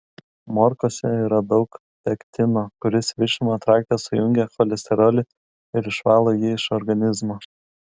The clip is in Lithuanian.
morkose yra daug pektino kuris virškinimo trakte sujungia cholesterolį ir išvalo jį iš organizmo